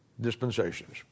dispensations